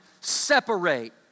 separate